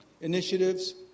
initiatives